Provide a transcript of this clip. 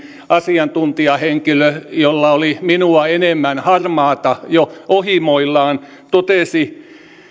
asiantuntijahenkilö jolla oli minua enemmän harmaata jo ohimoillaan totesi